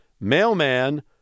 Mailman